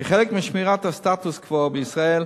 כחלק משמירת הסטטוס-קוו בישראל,